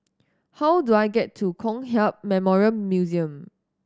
how do I get to Kong Hiap Memorial Museum